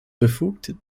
befugt